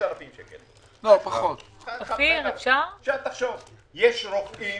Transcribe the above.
יש רופאים